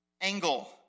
angle